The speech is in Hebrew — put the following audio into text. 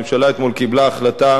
הממשלה אתמול קיבלה החלטה